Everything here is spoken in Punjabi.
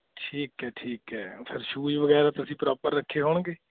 ਠੀਕ ਹੈ ਠੀਕ ਹੈ ਫਿਰ ਸੂਜ ਵਗੈਰਾ ਤੁਸੀਂ ਪ੍ਰੋਪਰ ਰੱਖੇ ਹੋਣਗੇ